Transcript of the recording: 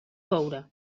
coure